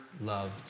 loved